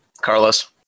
Carlos